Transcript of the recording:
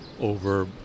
over